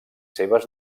seves